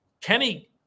Kenny –